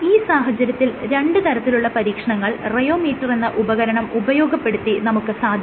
ഈ സാഹചര്യത്തിൽ രണ്ട് തരത്തിലുള്ള പരീക്ഷണങ്ങൾ റിയോമീറ്റർ എന്ന ഉപകരണം ഉപയോഗപ്പെടുത്തി നമുക്ക് സാധ്യമാണ്